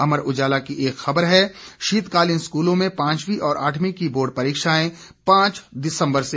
अमर उजाला की एक ख़बर है शीतकालीन स्कूलों में पांचवी और आठवीं की बोर्ड परीक्षाएं पांच दिसम्बर से